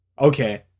okay